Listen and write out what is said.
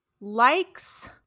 likes